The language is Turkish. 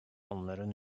onların